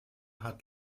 hat